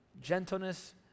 gentleness